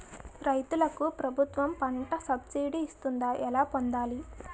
రైతులకు ప్రభుత్వం పంట సబ్సిడీ ఇస్తుందా? ఎలా పొందాలి?